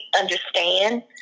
understand